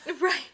Right